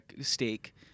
steak